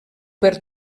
per